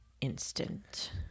instant